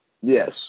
Yes